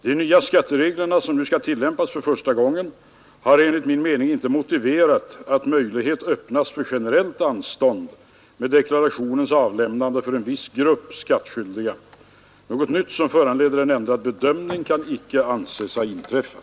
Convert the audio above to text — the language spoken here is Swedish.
De nya skattereglerna, som nu skall tillämpas för första gången, har enligt min mening inte motiverat att möjlighet öppnas för generellt anstånd med deklarationens avlämnande för en viss grupp skattskyldiga. Något nytt som föranleder en ändrad bedömning kan inte anses ha inträffat.